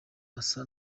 asa